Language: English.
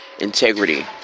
integrity